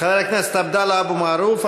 חבר הכנסת עבדאללה אבו מערוף.